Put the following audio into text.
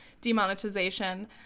demonetization